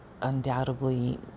undoubtedly